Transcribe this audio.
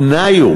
התנאי הוא